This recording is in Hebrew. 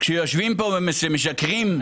יושבים כאן ומשקרים.